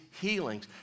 healings